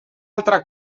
altra